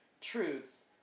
truths